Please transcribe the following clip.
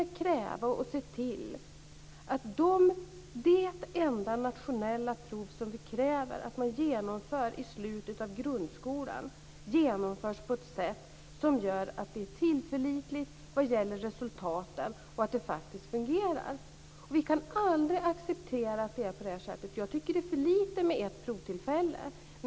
Vi måste åtminstone se till att det enda nationella prov som vi kräver att man genomför i slutet av grundskolan genomförs på ett sätt som gör att det är tillförlitligt vad gäller resultaten och att det faktiskt fungerar. Vi kan aldrig acceptera att det är på det här sättet. Jag tycker att det är för lite med ett provtillfälle.